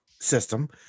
system